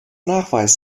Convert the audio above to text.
nachweis